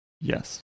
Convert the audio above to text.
yes